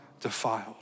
defiled